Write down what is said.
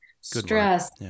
stress